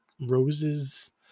roses